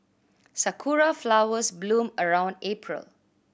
sakura flowers bloom around April